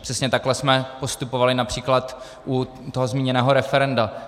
Přesně takhle jsme postupovali například u toho zmíněného referenda.